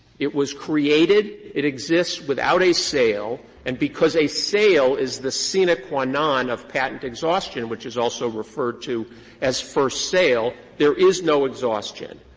it was created, it exists without a sale, and because a sale is the sine qua non of patent exhaustion, which is also referred to as first sale, there is no exhaustion.